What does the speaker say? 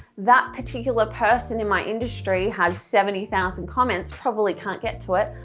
that particular person in my industry has seventy thousand comments, probably can't get to it,